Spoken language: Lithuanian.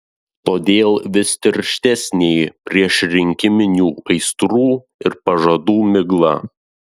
todėl vis tirštesnė priešrinkiminių aistrų ir pažadų migla